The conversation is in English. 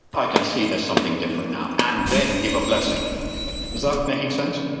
i can see there's something different now, and then give a blessing is that making sense?